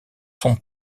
sont